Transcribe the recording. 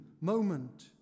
moment